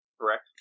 Correct